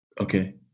Okay